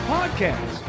Podcast